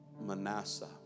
Manasseh